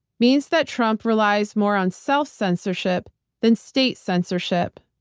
means that trump relies more on self-censorship than state censorship.